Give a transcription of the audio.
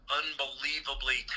unbelievably